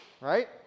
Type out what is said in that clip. right